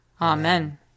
Amen